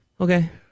Okay